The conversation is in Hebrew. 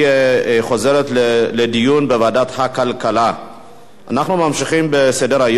לוועדת הכלכלה נתקבלה.